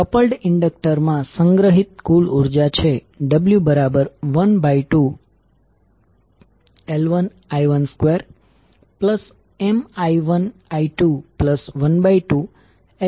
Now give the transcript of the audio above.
284A coupled inductor મા સંગ્રહિત કુલ ઉર્જા છે w12L1i12Mi1i212L2i2220